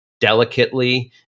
delicately